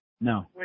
No